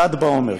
ל"ד בעומר,